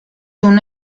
una